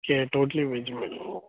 okay totally veg meal